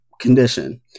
condition